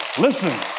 Listen